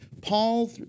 Paul